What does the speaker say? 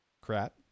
crap